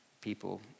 people